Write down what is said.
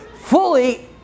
fully